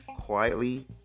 quietly